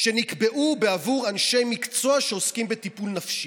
שנקבעו בעבור אנשי מקצוע שעוסקים בטיפול נפשי.